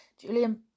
Julian